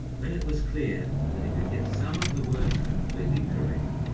when it was clear that he could get some of the words completely correct,